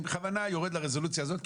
אני בכוונה יורד לרזולוציה הזאת,